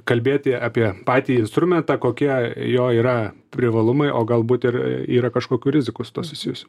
kalbėti apie patį instrumentą kokie jo yra privalumai o galbūt ir yra kažkokių rizikų su tuo susijusių